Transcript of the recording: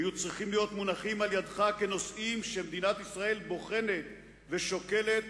היו צריכים להיות מונחים מטעמך כנושאים שמדינת ישראל בוחנת ושוקלת